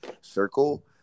circle